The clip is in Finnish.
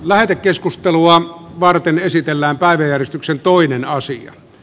lähetekeskustelua varten esitellään pari järistyksen toinen asia